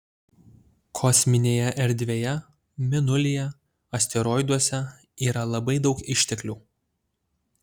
kosminėje erdvėje mėnulyje asteroiduose yra labai daug išteklių